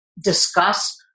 discuss